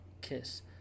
Kiss